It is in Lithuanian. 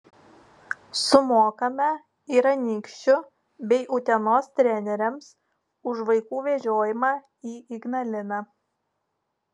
sumokame ir anykščių bei utenos treneriams už vaikų vežiojimą į ignaliną